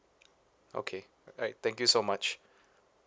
okay alright thank you so much